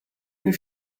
you